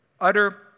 utter